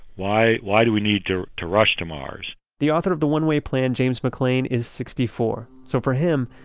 why why do we need to to rush to mars? the author of the one-way plan, james mclane, is sixty four, so for him,